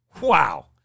Wow